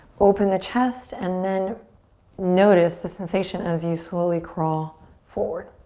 open the chest and then notice the sensation as you slowly crawl forward.